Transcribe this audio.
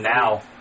now